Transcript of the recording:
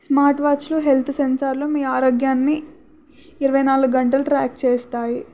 స్మార్ట్వాచ్లు health సెన్సర్లు మీ ఆరోగ్యాన్ని ఇరవై నాలుగు గంటలూ ట్రాక్ చేస్తాయి